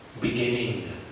beginning